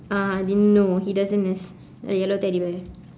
uh didn't no he doesn't it's a yellow teddy bear